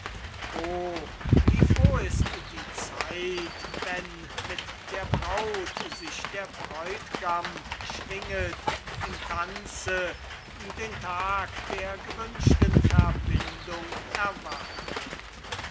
wie froh ist die zeit wenn mit der braut sich der bräut'gam schwinget im tanze den tag der gewünschten verbindung erwartend